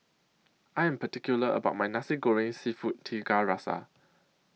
I Am particular about My Nasi Goreng Seafood Tiga Rasa